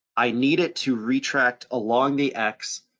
i need it to retract along the x,